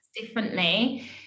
differently